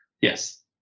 Yes